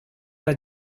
era